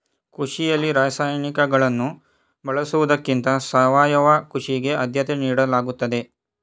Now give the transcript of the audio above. ಕೃಷಿಯಲ್ಲಿ ರಾಸಾಯನಿಕಗಳನ್ನು ಬಳಸುವುದಕ್ಕಿಂತ ಸಾವಯವ ಕೃಷಿಗೆ ಆದ್ಯತೆ ನೀಡಲಾಗುತ್ತದೆ